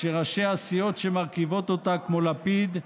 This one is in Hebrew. כשראשי הסיעות שמרכיבות אותה, כמו לפיד,